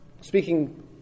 speaking